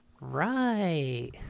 Right